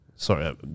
Sorry